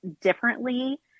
differently